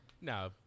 No